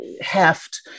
heft